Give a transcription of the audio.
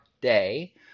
day